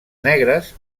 negres